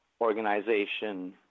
organization